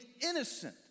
innocent